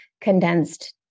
condensed